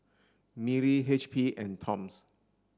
Mili H P and Toms